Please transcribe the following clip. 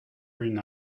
une